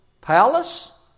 palace